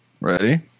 Ready